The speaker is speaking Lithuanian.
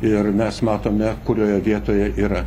ir mes matome kurioje vietoje yra